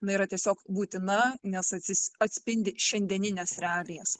na yra tiesiog būtina nes atsis atspindi šiandienines realijas